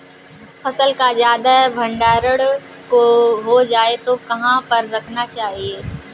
फसल का ज्यादा भंडारण हो जाए तो कहाँ पर रखना चाहिए?